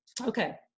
okay